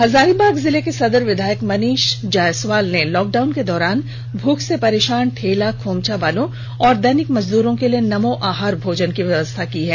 हजारीबाग जिले के सदर विधायक मनीष जायसवाल ने लॉक डाउन के दौरान भूख से परेषान ठेला खोमचा वालों और दैनिक मजदूरों के लिए नमो आहार भोजन की व्यवस्था की है